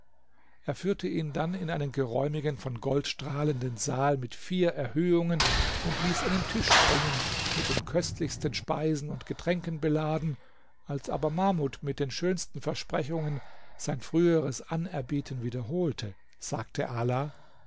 er führte ihn dann in einen geräumigen von gold strahlenden saal mit vier erhöhungen und ließ einen tisch bringen mit den köstlichsten speisen und getränken beladen als aber mahmud mit den schönsten versprechungen sein früheres anerbieten wiederholte sagte ala